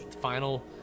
final